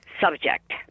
subject